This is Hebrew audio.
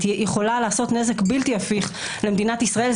היא יכולה לעשות נזק בלתי הפיך למדינת ישראל.